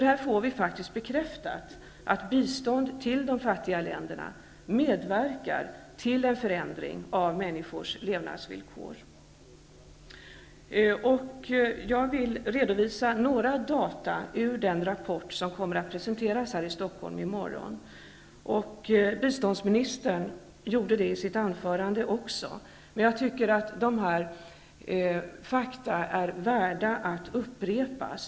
Här får vi faktiskt bekräftat att bistånd till de fattiga länderna medverkar till en förändring av människors levnadsvillkor. Jag vill redovisa några data ur den rapport som kommer att presenteras här i Stockholm i morgon. Även biståndsministern gjorde det i sitt anförande, men jag tycker att dessa fakta är värda att upprepas.